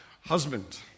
husband